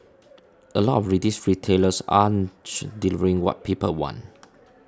a lot of these retailers aren't delivering what people want